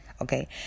Okay